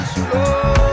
slow